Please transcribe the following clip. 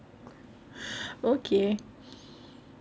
okay